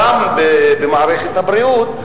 גם במערכת הבריאות,